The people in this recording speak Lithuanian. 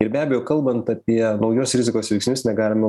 ir be abejo kalbant apie naujos rizikos veiksnius negalima